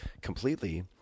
completely